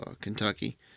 Kentucky